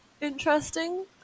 interesting